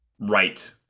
right